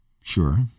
Sure